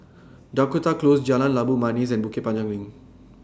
Dakota Close Jalan Labu Manis and Bukit Panjang LINK